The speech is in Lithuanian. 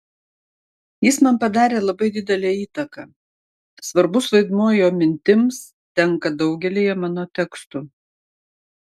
jis man padarė labai didelę įtaką svarbus vaidmuo jo mintims tenka daugelyje mano tekstų